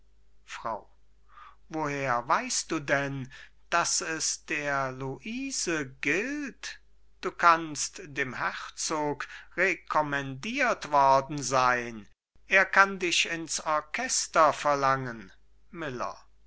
frau woher weißt du denn daß es der luise gilt du kannst dem herzog recommendiert worden sein er kann dich ins orchester verlangen miller